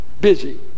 busy